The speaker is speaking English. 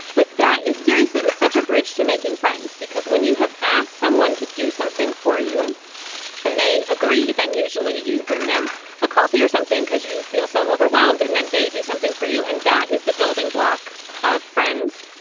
but that is seriously it's such a bridge to making friends, because when you have asked someone to do something for you and they agree, then usually you bring them a coffee or something because you feel so overwhelmed and then they do something for you. and that is the building block of friends.